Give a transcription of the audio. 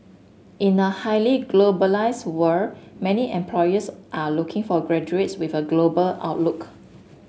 in a highly globalised world many employers are looking for graduates with a global outlook